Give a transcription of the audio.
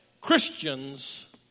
Christians